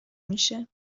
میشه